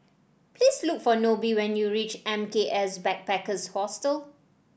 please look for Nobie when you reach M K S Backpackers Hostel